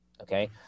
Okay